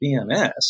BMS